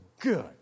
good